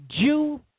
Jew